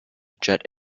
jet